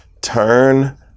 turn